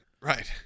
Right